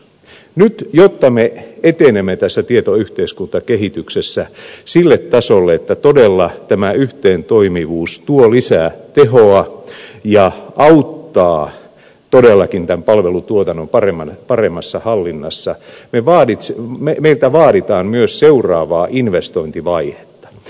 nyt jotta me etenemme tässä tietoyhteiskuntakehityksessä sille tasolle että todella tämä yhteentoimivuus tuo lisää tehoa ja auttaa todellakin tämän palvelutuotannon paremmassa hallinnassa meiltä vaaditaan myös seuraavaa investointivaihetta